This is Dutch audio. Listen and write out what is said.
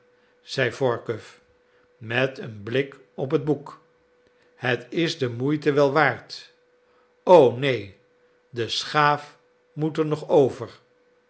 zeide workuw met een blik op het boek het is de moeite wel waard o neen de schaaf moet er nog over